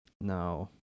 No